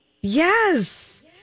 Yes